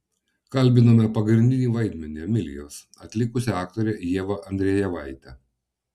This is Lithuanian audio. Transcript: kalbiname pagrindinį vaidmenį emilijos atlikusią aktorę ievą andrejevaitę